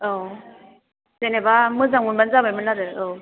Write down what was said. औ जेनेबा मोजां मोनबानो जाबायमोन आरो औ